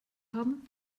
haben